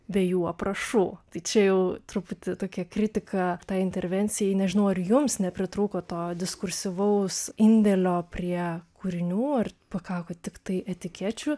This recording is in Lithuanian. be jų aprašų tai čia jau truputį tokia kritika tai intervencijai nežinau ar jums nepritrūko to diskursyvaus indėlio prie kūrinių ar pakako tiktai etikečių